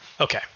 Okay